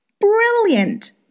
Brilliant